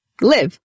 live